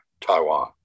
taiwan